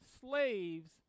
slaves